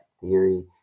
theory